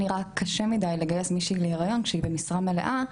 נראה קשה מידי לגייס מישהי בהיריון כשהיא במשרה מלאה,